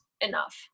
enough